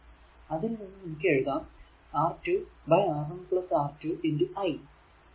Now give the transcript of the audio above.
അതിൽ നിന്നും നമുക്ക് എഴുതാം R2 R1 R2 i